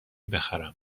بخرم